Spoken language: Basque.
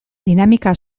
dinamika